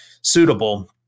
suitable